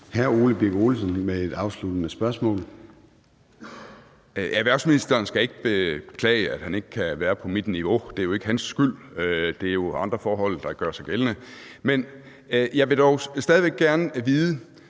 14:10 Ole Birk Olesen (LA): Erhvervsministeren skal ikke beklage, at han ikke kan være på mit niveau. Det er ikke hans skyld. Det er jo andre forhold, der gør sig gældende. Men jeg vil dog stadig væk gerne vide,